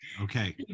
Okay